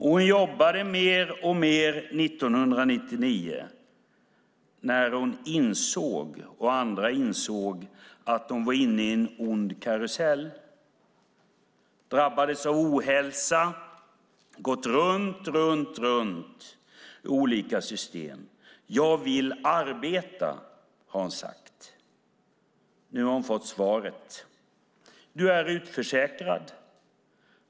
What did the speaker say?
Hon jobbade mer och mer 1999, när hon och andra insåg att hon var inne i en ond karusell. Hon drabbades av ohälsa och har gått runt, runt i olika system. Hon har sagt att hon vill arbeta. Nu har hon fått svaret: Du är utförsäkrad.